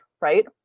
right